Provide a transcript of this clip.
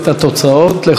לכל בית ישראל,